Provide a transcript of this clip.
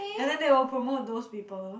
and then they will promote those people